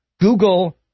Google